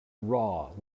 raw